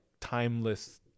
timeless